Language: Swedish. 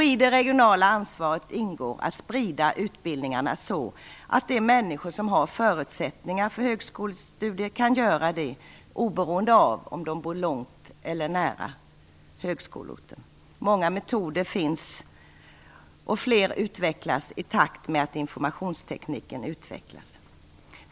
I det regionala ansvaret ingår att sprida utbildningarna så, att de människor som har förutsättningar för högskolestudier kan bedriva sådana oberoende av de bor långt ifrån eller nära högskoleorten. Det finns många metoder, och fler kommer i takt med att informationstekniken utvecklas.